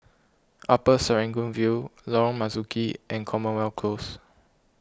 Upper Serangoon View Lorong Marzuki and Commonwealth Close